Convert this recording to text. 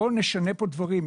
בואו נשנה כאן דברים.